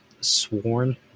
Sworn